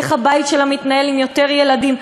איך הבית שלה מתנהל עם יותר ילדים,